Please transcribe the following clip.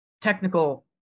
technical